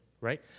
right